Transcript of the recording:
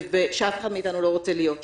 שאף אחד מאיתנו לא רוצה להיות שם.